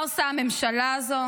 מה עושה הממשלה הזו?